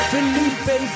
Felipe